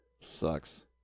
Sucks